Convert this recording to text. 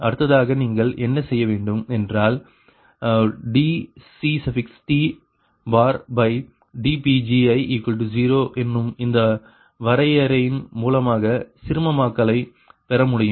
அடுத்ததாக நீங்கள் என்ன செய்ய வேண்டும் என்றால் dCTdPgi0 என்னும் இந்த வரையறையின் மூலமாக சிறுமமாக்கலை பெற முடியும்